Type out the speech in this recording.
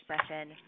session